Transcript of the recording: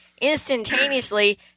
instantaneously